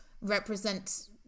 represent